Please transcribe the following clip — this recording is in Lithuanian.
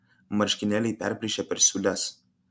marškinėliai perplyšę per siūles